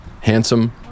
Handsome